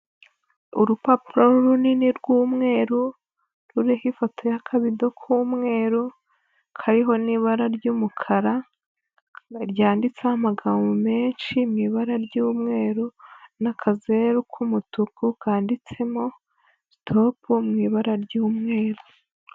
Urupapuro runini rw'umweru ruriho ifoto y'akabido k'umweru kariho n'ibara ry'umukara, ryanditseho amagambo menshi mu ibara ry'umweru n'akazeru k'umutuku kandinditsemo sitopu mu ibara ry'umweru.